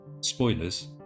spoilers